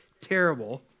terrible